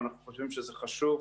אנחנו חושבים שזה חשוב,